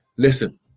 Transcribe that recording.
Listen